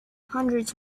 hundreds